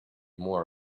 more